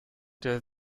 der